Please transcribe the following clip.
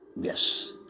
Yes